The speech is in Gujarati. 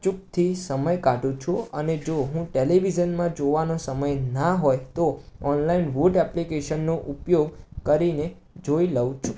અચૂકથી સમય કાઢું છું અને જો હું ટેલિવિઝનમાં જોવાનો સમય ન હોય તો ઓનલાઈન વૂટ એપ્લિકેશનનો ઉપયોગ કરીને જોઈ લઉં છું